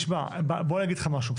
תשמע, בוא אני אגיד לך משהו.